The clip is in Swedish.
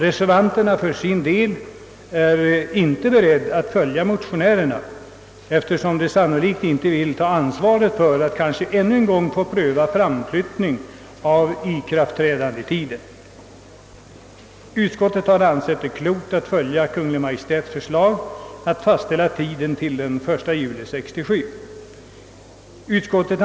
Reservanterna för sin del är inte beredda att följa motionärerna, eftersom de sannolikt inte vill ta ansvaret att kanske ännu en gång få pröva frågan om framflyttning av tiden för ikraftträdandet. Utskottsmajoriteten har funnit det klokt att följa Kungl. Maj:ts förslag att fastställa tiden till den 1 juli 1967.